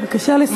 בבקשה לסיים.